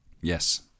Yes